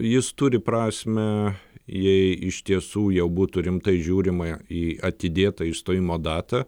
jis turi prasmę jei iš tiesų jau būtų rimtai žiūrima į atidėtą išstojimo datą